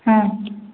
ହଁ